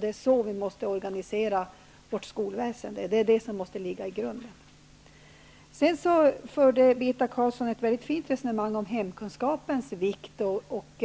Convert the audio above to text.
Det är det som måste vara grundläggande när vi organiserar vårt skolväsende. Sedan förde Birgitta Carlsson ett mycket fint resonemang om hemkunskapens vikt och